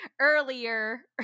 earlier